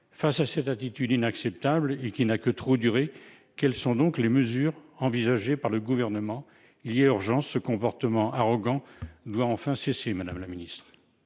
Face à cette attitude inacceptable et qui n'a que trop duré, quelles sont les mesures envisagées par le Gouvernement ? Il y a urgence : ce comportement arrogant doit enfin cesser ! La parole